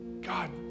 God